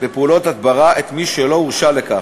בפעולות הדברה את מי שלא הורשה לכך,